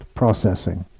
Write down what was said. processing